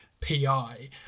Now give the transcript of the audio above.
pi